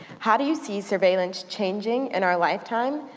how do you see surveillance changing in our lifetime?